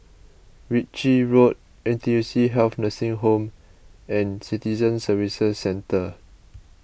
Ritchie Road N T U C Health Nursing Home and Citizen Services Centre